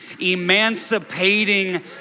emancipating